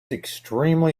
extremely